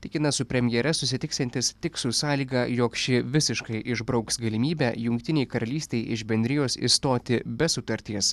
tikina su premjere susitiksiantis tik su sąlyga jog ši visiškai išbrauks galimybę jungtinei karalystei iš bendrijos išstoti be sutarties